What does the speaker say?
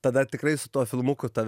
tada tikrai su tuo filmuku tave